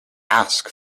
ask